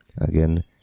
again